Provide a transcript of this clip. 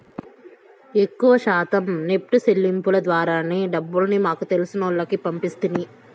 ఎక్కవ శాతం నెప్టు సెల్లింపుల ద్వారానే డబ్బుల్ని మాకు తెలిసినోల్లకి పంపిస్తిని